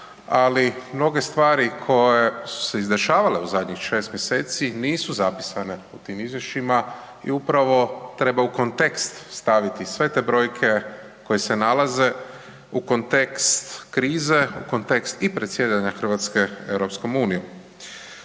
ali mnoge stvari koje su se izdešavale u zadnjih 6 mj., nisu zapisane u tim izvješćima i upravo treba u kontekst staviti sve te brojke koje se nalaze, u kontekst krize, u kontekst predsjedanja Hrvatske EU-om.